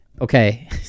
okay